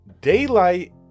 Daylight